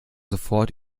sofort